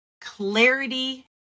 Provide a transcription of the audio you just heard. clarity